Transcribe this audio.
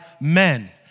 men